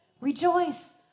Rejoice